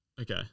okay